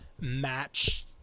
match